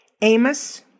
Amos